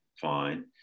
fine